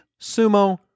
sumo